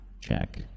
check